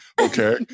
Okay